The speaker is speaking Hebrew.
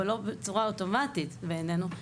אבל לא בצורה אוטומטית בעינינו.